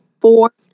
four